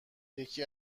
یکی